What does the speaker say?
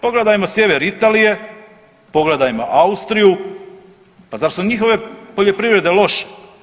Pogledamo sjever Italije, pogledamo Austriju pa zar su njihove poljoprivrede loše?